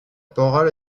parole